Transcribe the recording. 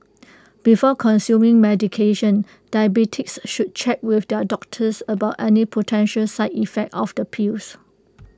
before consuming medication diabetics should check with their doctors about any potential side effects of the pills